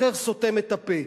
אחר סותם את הפה.